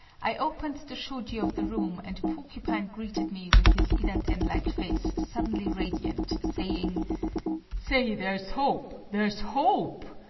i opened the shoji of the room and porcupine greeted me with his idaten-like face suddenly radiant, saying say, there's hope! there's hope!